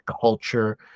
culture